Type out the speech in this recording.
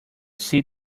see